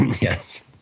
Yes